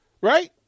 Right